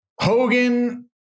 Hogan